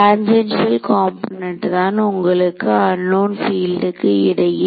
tangential component தான் உங்களுக்கு unknown பீல்டுக்கு இடையில்